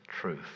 truth